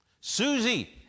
Susie